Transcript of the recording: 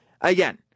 Again